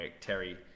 Terry